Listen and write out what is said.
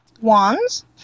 wands